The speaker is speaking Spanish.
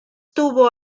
tuvo